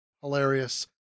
hilarious